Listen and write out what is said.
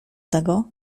tego